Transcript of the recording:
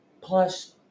plus